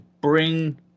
bring